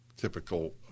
Typical